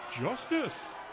Justice